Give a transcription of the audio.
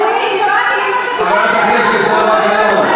חברת הכנסת זהבה גלאון,